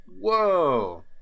whoa